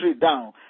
down